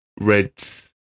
reds